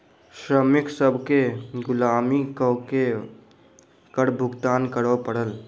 श्रमिक सभ केँ गुलामी कअ के कर भुगतान करअ पड़ल